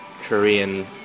Korean